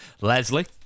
Leslie